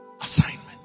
Assignment